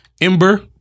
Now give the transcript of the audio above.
Ember